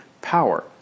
power